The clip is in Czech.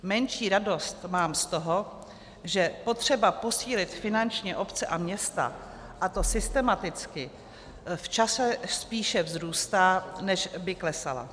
Menší radost mám z toho, že potřeba posílit finančně obce a města, a to systematicky, v čase spíše vzrůstá, než by klesala.